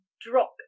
drop